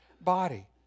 body